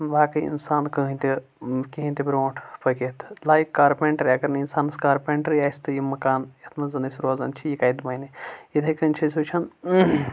واقغہٕ انسان کٕہٕنۍ تہِ کہیٖنۍ تہِ برونٹھ پٔکِتھ لایک کارپٮ۪نٹر اگر نہٕ اِنسانس کارپنٹرٕے آسہِ تہِ یہِ مکان یتھ منٛز زَن أسۍ روزان چھِ یہِ کَتہِ بنہِ اتھے کٕنۍ چھِ أسۍ وُچھن